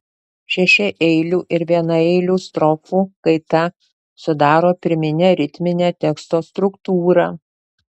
šešiaeilių ir vienaeilių strofų kaita sudaro pirminę ritminę teksto struktūrą